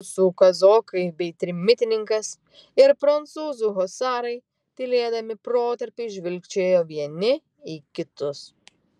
rusų kazokai bei trimitininkas ir prancūzų husarai tylėdami protarpiais žvilgčiojo vieni į kitus